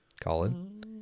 Colin